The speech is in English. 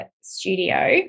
studio